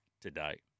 today